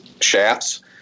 shafts